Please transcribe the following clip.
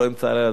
לא אמצע הלילה,